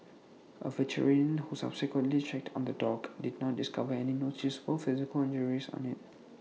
A veterinarian who subsequently checked on the dog did not discover any noticeable physical injuries on IT